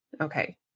Okay